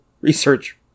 Research